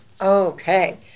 Okay